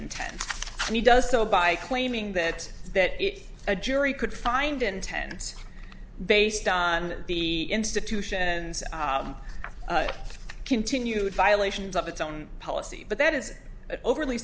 intent and he does so by claiming that that a jury could find intends based on the institution's continued violations of its own power but that is an overly